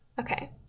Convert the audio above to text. Okay